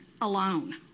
alone